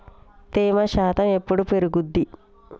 తేమ శాతం ఎప్పుడు పెరుగుద్ది?